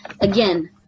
Again